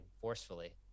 forcefully